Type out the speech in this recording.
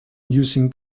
using